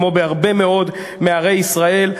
כמו בהרבה מאוד מערי ישראל,